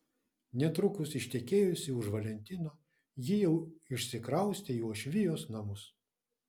netrukus ištekėjusi už valentino ji jau išsikraustė į uošvijos namus